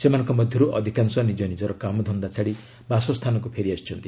ସେମାନଙ୍କ ମଧ୍ୟରୁ ଅଧିକାଂଶ ନିଜ ନିଜର କାମଧନ୍ଦା ଛାଡ଼ି ବାସସ୍ଥାନକୁ ଫେରି ଆସିଛନ୍ତି